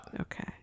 okay